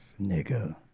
Nigga